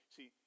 See